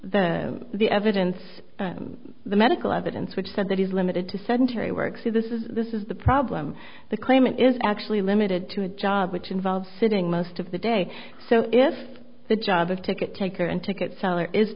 the the evidence the medical evidence which says that he's limited to sedentary work see this is this is the problem the claim is actually limited to a job which involves sitting most of the day so if the job of ticket taker and ticket seller is